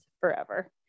forever